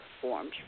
forms